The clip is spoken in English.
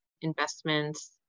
investments